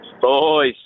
Boys